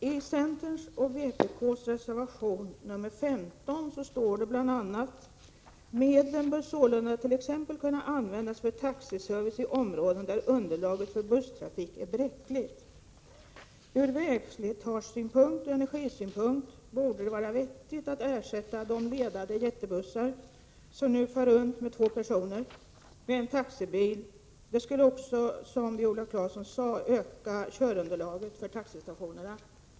I centerns och vpk:s reservation 15 står det bl.a.: ”Medlen bör sålunda t.ex. kunna användas för taxiservice i områden där underlaget för busstrafik är bräckligt.” Ur vägslitagesynpunkt och ur energisynpunkt borde det vara vettigt att ersätta de ledade jättebussar som nu far runt med två personer med taxibilar. Det skulle också, som Viola Claesson sade, öka körunderlaget för taxistationerna.